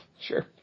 Sure